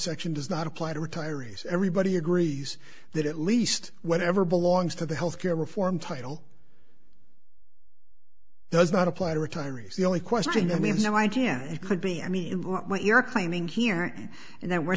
section does not apply to retirees everybody agrees that at least whatever belongs to the health care reform title does not apply to retirees the only question i mean how i can it could be i mean what you're claiming here and then we're